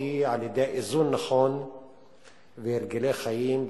משמעותי על-ידי איזון נכון והרגלי חיים,